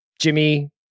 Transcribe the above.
Jimmy